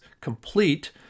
complete